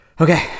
okay